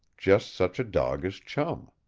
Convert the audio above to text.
just such a dog as chum.